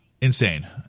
insane